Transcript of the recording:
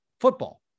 football